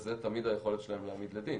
שזה תמיד היכולת שלהם להעמיד לדין.